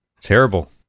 Terrible